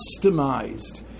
customized